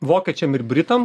vokiečiam ir britam